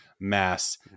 mass